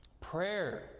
Prayer